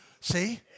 See